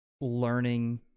Learning